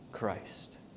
Christ